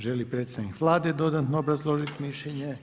Želi li predstavnik Vlade dodatno obrazložiti mišljenje?